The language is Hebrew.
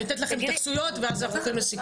לתת לכם התייחסויות ואז אנחנו הולכים לסיום.